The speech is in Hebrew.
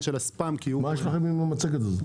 של הספאם -- מה יש לכם עם המצגת הזאת?